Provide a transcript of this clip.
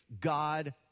God